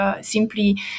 simply